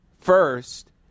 first